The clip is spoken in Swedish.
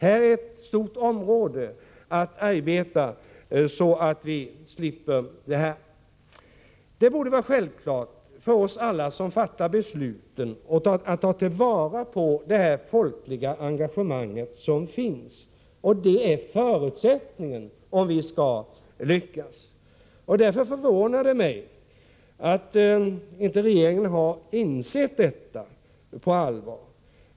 Här finns ett stort område att arbeta på, så att vi skall slippa detta i framtiden. Det borde vara självklart för oss alla som fattar besluten att ta till vara det folkliga engagemang som finns i dag. Det är förutsättningen om vi skall lyckas. Därför förvånar det mig att regeringen inte på allvar har insett detta.